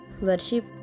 worship